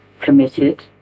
committed